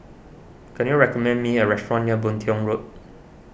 can you recommend me a restaurant near Boon Tiong Road